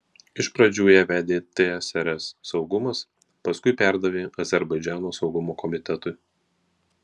iš pradžių ją vedė tsrs saugumas paskui perdavė azerbaidžano saugumo komitetui